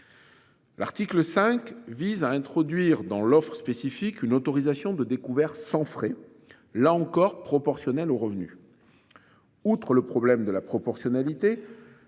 L'article 5 vise à introduire dans l'offre spécifique, une autorisation de découvert sans frais là encore proportionnelle aux revenus. Outre le problème de la proportionnalité.